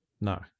No